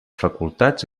facultats